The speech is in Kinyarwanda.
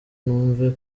numve